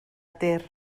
ter